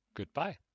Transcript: Goodbye